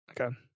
Okay